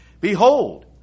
Behold